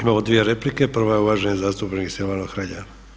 Imamo dvije replike, prva je uvaženi zastupnik Silvano Hrelja.